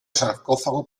sarcófago